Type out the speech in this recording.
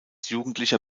jugendlicher